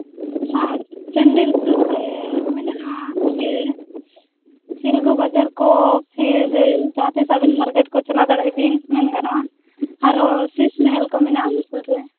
ᱟᱨ ᱪᱟᱱᱰᱤᱞ ᱠᱚᱥᱮ ᱢᱮᱱᱟᱜᱼᱟ ᱤᱭᱟᱹ ᱥᱤᱞᱜᱩ ᱵᱟᱡᱟᱨ ᱠᱚ ᱯᱷᱤᱨ ᱡᱟᱦᱟᱸ ᱛᱤᱥ ᱟᱹᱵᱤᱱ ᱢᱟᱨᱠᱮᱴ ᱠᱚ ᱪᱟᱞᱟᱣ ᱫᱟᱮᱭᱟᱜ ᱵᱮᱱ ᱢᱮᱱ ᱜᱟᱱᱚᱜᱼᱟ ᱟᱨ ᱥᱤᱥ ᱱᱟᱦᱮᱞ ᱠᱚ ᱢᱮᱱᱟᱜᱼᱟ ᱟᱵᱚ ᱥᱩᱨ ᱨᱮ